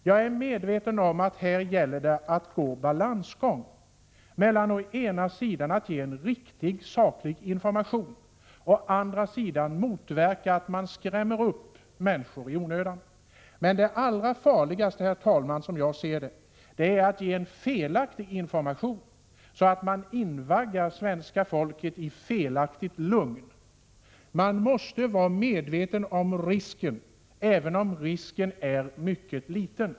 Jag är medveten om att det här gäller en balansgång mellan å ena sidan att ge en riktig, saklig information och å andra sidan att inte skrämma upp människor i onödan. Men det allra farligaste, som jag ser det, är att ge en felaktig information, så att man invaggar svenska folket i ett ogrundat lugn. Man måste vara medveten om risken, även om risken är mycket liten.